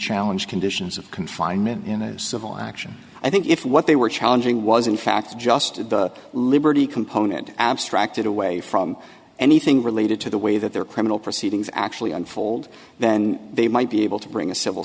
challenge conditions of confinement in a civil action i think if what they were challenging was in fact just liberty component abstracted away from anything related to the way that their criminal proceedings actually unfold then they might be able to bring a civil